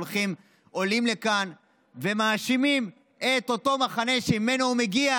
עולים לכאן ומאשימים את אותו מחנה שממנו הוא מגיע